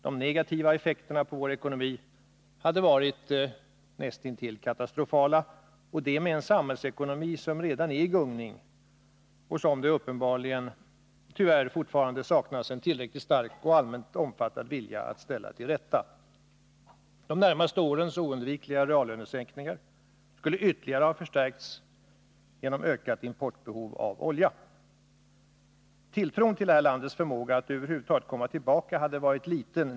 De negativa effekterna på vår ekonomi hade varit näst intill katastrofala, och det med en samhällsekonomi som redan är i gungning och som det uppenbarligen tyvärr fortfarande saknas en tillräckligt stark och allmänt omfattad vilja att ställa till rätta. De närmaste årens oundvikliga reallönesänkningar skulle ytterligare ha förstärkts genom ökat behov av oljeimport. Tilltron till det här landets förmåga att över huvud taget komma tillbaka hade varit liten.